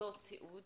במוסדות סיעוד